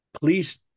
please